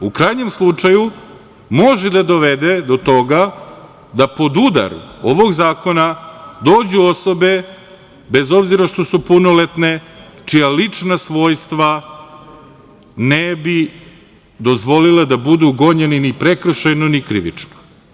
U krajnjem slučaju, može da dovede do toga da pod udar ovog zakona dođu osobe, bez obzira što su punoletne, čija lična svojstva ne bi dozvolila da budu gonjene ni prekršajno, ni krivično.